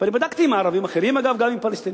אני בדקתי עם ערבים אחרים, אגב, גם עם פלסטינים.